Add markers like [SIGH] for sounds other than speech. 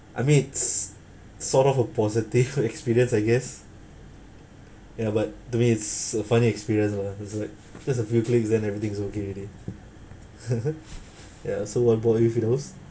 I mean it's sort of a positive experience I guess ya but to me it's a funny experience lah it's like just a few clicks then everything's okay already [LAUGHS] ya so what about you firdaus